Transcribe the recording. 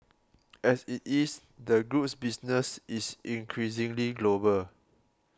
as it is the group's business is increasingly global